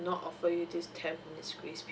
offer you this ten minutes grace period